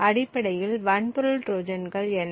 அடிப்படையில் வன்பொருள் ட்ரோஜான்கள் என்ன